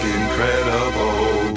incredible